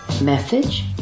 message